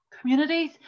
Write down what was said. communities